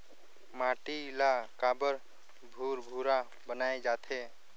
माटी ला काबर भुरभुरा बनाय जाथे?